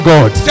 God